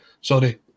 sorry